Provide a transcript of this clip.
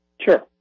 Sure